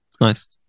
Nice